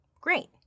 Great